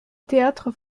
théâtre